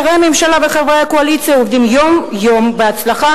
שרי הממשלה וחברי הקואליציה עובדים יום-יום בהצלחה